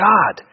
God